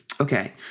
Okay